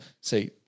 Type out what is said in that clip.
say